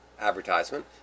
advertisement